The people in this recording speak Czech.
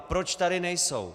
Proč tady nejsou?